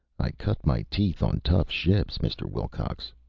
i cut my teeth on tough ships, mr. wilcox,